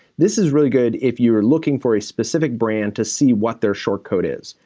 this is really good if you're looking for a specific brand to see what their short code is.